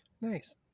Nice